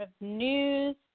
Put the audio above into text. news